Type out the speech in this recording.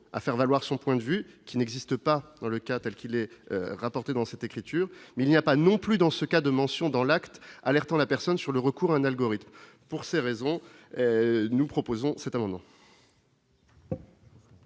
à faire valoir son point de vue qui n'existe pas dans le cas telle qu'il est rapporté dans cette écriture mais il n'y a pas non plus dans ce cas de mention dans l'acte alertant la personne sur le recours un algorithme pour ces raisons, nous proposons, c'est un nom.